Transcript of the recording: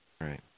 Right